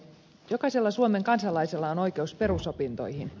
jokaisella suomen kansalaisella on oikeus perusopintoihin